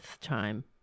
time